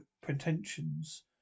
pretensions